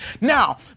Now